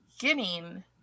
beginning